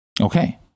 Okay